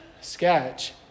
sketch